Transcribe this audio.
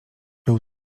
był